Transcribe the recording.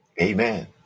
Amen